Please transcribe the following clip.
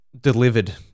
delivered